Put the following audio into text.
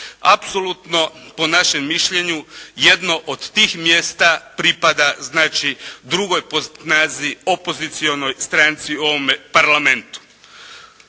Apsolutno po našem mišljenju jedno od tih mjesta pripada znači drugoj po snazi opozicionoj stranci u ovome Parlamentu.